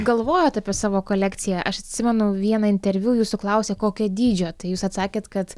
galvojat apie savo kolekciją aš atsimenu vieną interviu jūsų klausė kokio dydžio tai jūs atsakėt kad